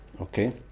Okay